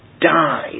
died